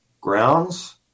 grounds